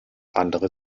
andere